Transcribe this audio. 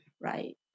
Right